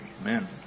Amen